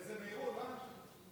איזה מהירות, אה.